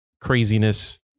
craziness